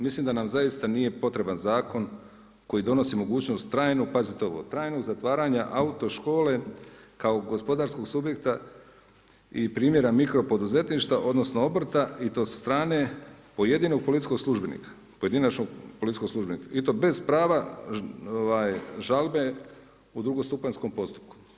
Mislim da nam zaista nije potreban zakon koji donosi mogućnost trajnog, pazite ovo, trajnog zatvaranja autoškole kao gospodarskog subjekta i primjera mikro poduzetništva odnosno obrta i to sa strane pojedinog policijskog službenika, pojedinačnog policijskog službenika i to bez prava žalbe u drugostupanjskom postupku.